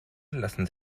lassen